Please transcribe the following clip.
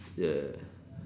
ya